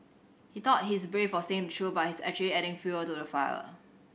he thought he's brave for saying the truth but he's actually just adding fuel to the fire